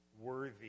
worthy